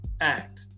act